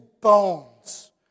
bones